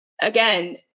again